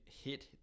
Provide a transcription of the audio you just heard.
hit